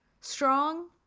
strong